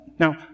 Now